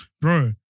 Bro